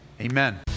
Amen